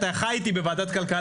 אתה חי איתי בוועדת הכלכלה.